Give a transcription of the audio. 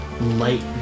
light